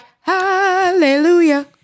hallelujah